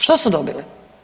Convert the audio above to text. Što su dobili?